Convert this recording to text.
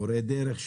מורי דרך,